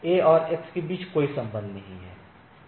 A और X के बीच कोई संबंध नहीं है